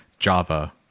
java